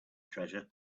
treasure